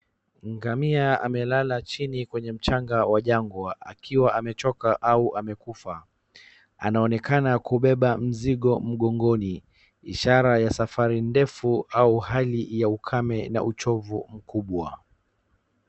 Ngamia amelala chinii kwenye mchanga wa jangwa akiwa amechoka au amekufa. Anaonekana kubeba mzigo mgongoni ishara ya safari ndefu au hali ya ukame na uchovu mkubwa.